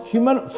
Human